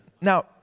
Now